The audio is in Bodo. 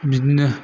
बिदिनो